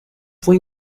fue